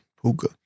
Puka